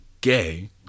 gay